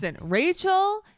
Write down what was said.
Rachel